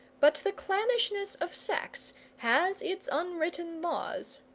but the clannishness of sex has its unwritten laws.